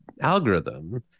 algorithm